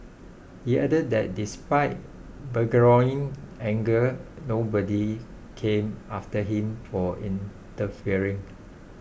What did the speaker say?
he added that despite burgeoning anger nobody came after him for interfering